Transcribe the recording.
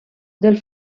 del